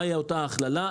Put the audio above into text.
מה היא אותה הכללה?